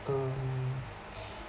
um